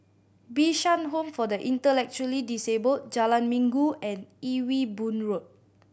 Bishan Home for the Intellectually Disabled Jalan Minggu and Ewe Boon Road